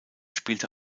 spielte